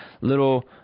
little